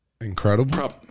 incredible